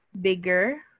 bigger